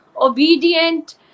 obedient